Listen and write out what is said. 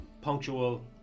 punctual